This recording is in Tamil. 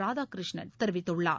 ராதாகிருஷ்ணன் தெரிவித்துள்ளார்